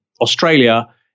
Australia